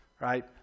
Right